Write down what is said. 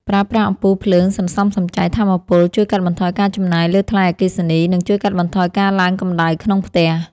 ប្រើប្រាស់អំពូលភ្លើងសន្សំសំចៃថាមពលជួយកាត់បន្ថយការចំណាយលើថ្លៃអគ្គិសនី និង ជួយកាត់បន្ថយការឡើងកម្ដៅក្នុងផ្ទះ។